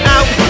Out